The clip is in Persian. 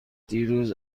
دیروز